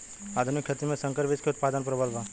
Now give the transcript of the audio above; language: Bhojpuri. आधुनिक खेती में संकर बीज क उतपादन प्रबल बा